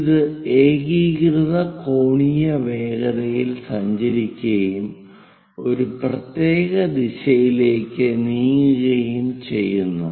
ഇത് ഏകീകൃത കോണീയ വേഗതയിൽ സഞ്ചരിക്കുകയും ഒരു പ്രത്യേക ദിശയിലേക്ക് നീങ്ങുകയും ചെയ്യുന്നു